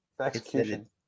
execution